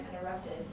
interrupted